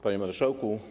Panie Marszałku!